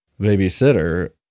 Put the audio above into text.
Babysitter